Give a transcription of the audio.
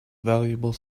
valuable